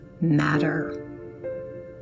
matter